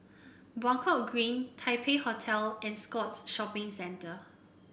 Buangkok Green Taipei Hotel and Scotts Shopping Centre